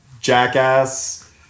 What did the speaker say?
jackass